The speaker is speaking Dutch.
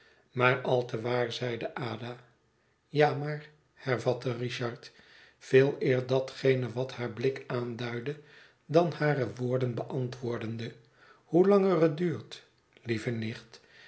maar al te waar zeide ada ja maar hervatte richard veeleer datgene wat haar blik aanduidde dan hare woorden beantwoordende hoe langer het duurt lieve nicht